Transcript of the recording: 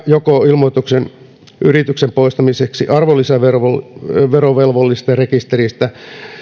ilmoituksen joko yrityksen poistamiseksi arvonlisäverovelvollisten rekisteristä